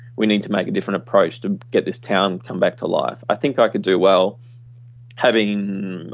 we need to make a different approach to get this town come back to life. i think i could do well having,